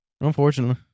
Unfortunately